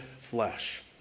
flesh